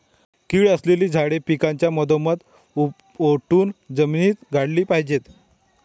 कीड असलेली झाडे पिकाच्या मधोमध उपटून जमिनीत गाडली पाहिजेत